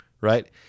right